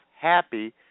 happy